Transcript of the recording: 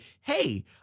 hey